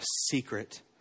secret